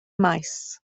maes